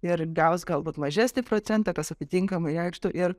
ir gaus galbūt mažesnį procentą tas atitinkamai reikštų ir